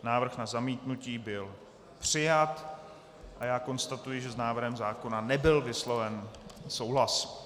Návrh na zamítnutí byl přijat a já konstatuji, že s návrhem zákona nebyl vysloven souhlas.